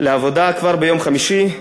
לעבודה כבר ביום חמישי.